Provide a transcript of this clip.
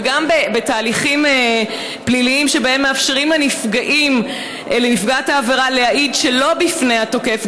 וגם בתהליכים פליליים שבהם מאפשרים לנפגעת העבירה להעיד שלא בפני התוקף,